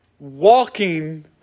walking